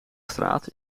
straat